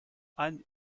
han